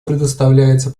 предоставляется